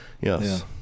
Yes